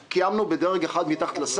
אותך.